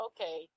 okay